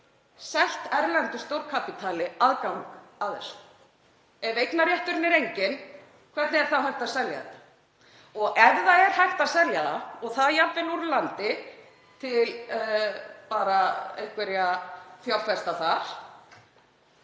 selt erlendu stórkapítali aðgang að þessu? Ef eignarrétturinn er enginn hvernig er þá hægt að selja þetta? Og ef það er hægt að selja það, og það jafnvel úr landi til einhverra fjárfesta þar,